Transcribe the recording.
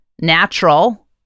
Natural